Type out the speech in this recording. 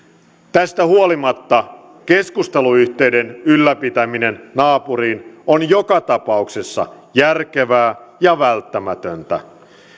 tästä huolimatta keskusteluyhteyden ylläpitäminen naapuriin on joka tapauksessa järkevää ja välttämätöntä